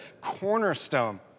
cornerstone